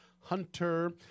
Hunter